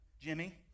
Jimmy